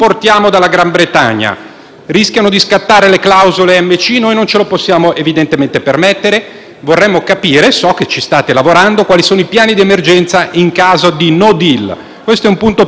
Vorremmo capire - so che ci state lavorando - quali sono i piani di emergenza in caso di *no deal*. Questo è un punto per noi fondamentale. L'altro punto riguarda un monito per i sovranisti e gli